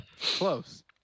Close